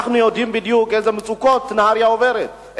אנחנו יודעים בדיוק איזה מצוקות נהרייה עוברת,